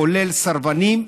כולל סרבנים,